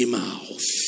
mouth